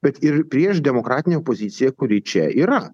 bet ir prieš demokratinę opoziciją kuri čia yra